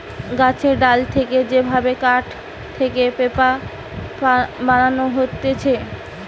গাছের ডাল থেকে যে ভাবে কাঠ থেকে পেপার বানানো হতিছে